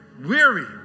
weary